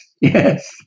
yes